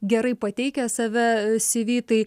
gerai pateikia save cv tai